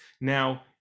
now